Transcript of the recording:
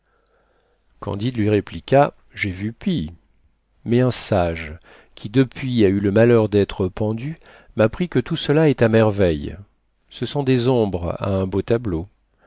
candide lui répliqua j'ai vu pis mais un sage qui depuis a eu le malheur d'être pendu m'apprit que tout cela est à merveille ce sont des ombres à un beau tableau